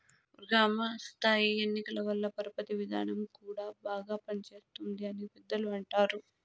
గ్రామ స్థాయి ఎన్నికల వల్ల పరపతి విధానం కూడా బాగా పనిచేస్తుంది అని పెద్దలు అంటారు